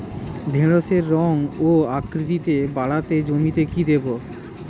ঢেঁড়সের রং ও আকৃতিতে বাড়াতে জমিতে কি দেবো?